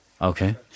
Okay